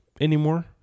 anymore